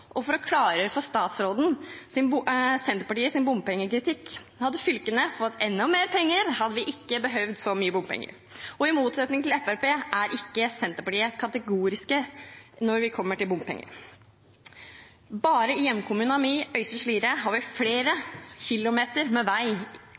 Hadde fylkene fått enda mer penger, hadde vi ikke behøvd så mye bompenger. I motsetning til Fremskrittspartiet er ikke Senterpartiet kategorisk når vi kommer til bompenger. Bare i hjemkommunen min, Øystre Slidre, har vi flere